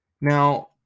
Now